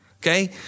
Okay